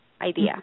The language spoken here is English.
idea